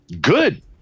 good